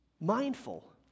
mindful